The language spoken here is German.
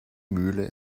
mühle